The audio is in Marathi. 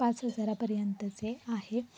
पाच हजारापर्यंतचे आहे